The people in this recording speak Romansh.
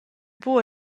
buc